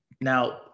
Now